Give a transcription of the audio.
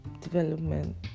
development